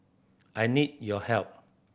I need your help